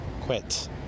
quit